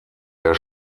der